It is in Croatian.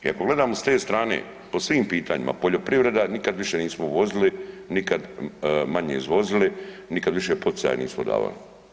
I ako gledamo s te strane po svim pitanjima, poljoprivreda, nikad više nismo uvozili, nikad manje izvozili, nikad više poticaja nismo davali.